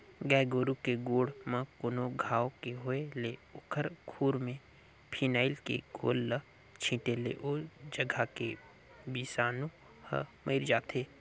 गाय गोरु के गोड़ म कोनो घांव के होय ले ओखर खूर में फिनाइल के घोल ल छींटे ले ओ जघा के बिसानु हर मइर जाथे